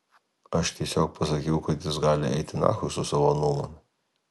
aš tiesiog pasakiau kad jis gali eit nachui su savo nuomone